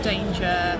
danger